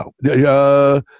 No